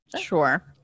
Sure